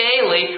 daily